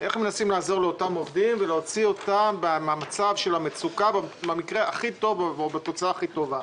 לעזור לאותם עובדים ולהוציא אותם ממצב המצוקה בתוצאה הכי טובה.